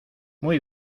muy